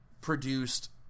produced